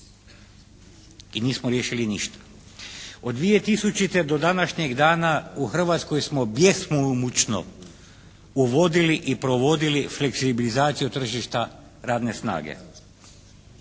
i nismo riješili ništa. Od 2000. do današnjeg dana u Hrvatskoj smo bjesomučno uvodili i provodili fleksibilizaciju tržišta radne snage.